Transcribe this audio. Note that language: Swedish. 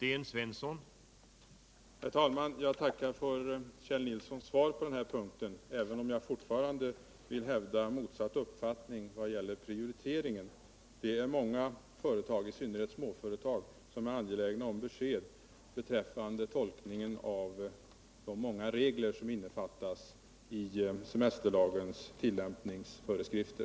Herr talman! Jag tackar för Kjell Nilssons svar på denna punkt, även om jag fortfarande vill hävda motsatt uppfattning när det gäller prioriteringen; det är många företag — i synnerhet småföretag — som är angelägna om besked beträffande tolkningen av de många regler som innefattas i semesterlagens tillämpningsföreskrifter.